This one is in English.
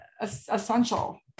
Essential